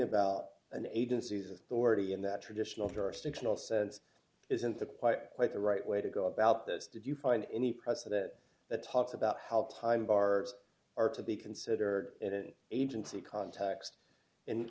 about an agency's authority in that traditional jurisdictional sense isn't the quite quite the right way to go about this did you find any precedent that talks about how time bars are to be considered in an agency context and